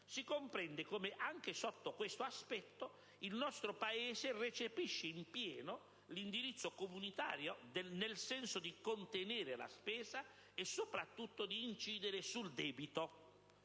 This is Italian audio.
si comprende come anche sotto questo aspetto il nostro Paese recepisce in pieno l'indirizzo comunitario, nel senso di contenere la spesa e soprattutto di incidere sul debito.